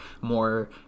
more